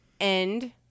end